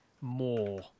more